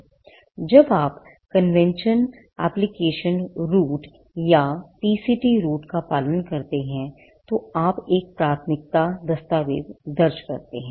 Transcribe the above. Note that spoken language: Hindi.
अब जब आप कन्वेंशन एप्लिकेशन रूट रूट का पालन करते हैं तो आप एक प्राथमिकता दस्तावेज़ दर्ज करते हैं